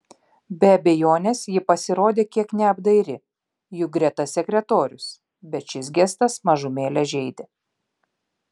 be abejonės ji pasirodė kiek neapdairi juk greta sekretorius bet šis gestas mažumėlę žeidė